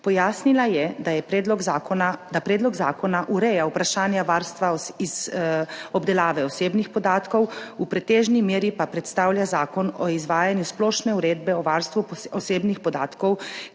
Pojasnila je, da predlog zakona ureja vprašanja varstva obdelave osebnih podatkov, v pretežni meri pa predstavlja zakon izvajanje Splošne uredbe o varstvu osebnih podatkov,